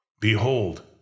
Behold